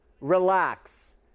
relax